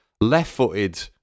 left-footed